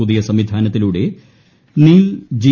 പുതിയ സംവിധാനത്തിലൂടെ നിൽ ജി